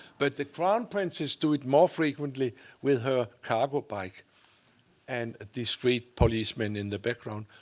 but the crown princess do it more frequently with her cargo bike and discreet policeman in the background.